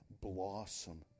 blossom